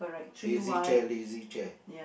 lazy chair lazy chair